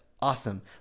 Awesome